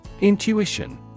Intuition